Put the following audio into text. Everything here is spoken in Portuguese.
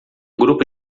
grupo